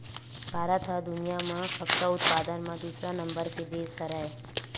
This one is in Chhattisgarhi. भारत ह दुनिया म कपसा उत्पादन म दूसरा नंबर के देस हरय